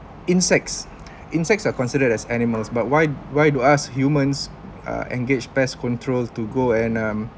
insects insects are considered as animals but why why do us humans uh engage pest control to go and um